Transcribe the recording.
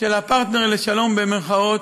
לפני שאקריא את התשובה הפורמלית של המשרד,